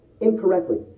incorrectly